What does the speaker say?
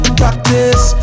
practice